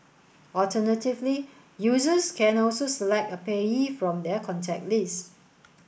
alternatively users can also select a payee from their contact list